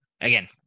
Again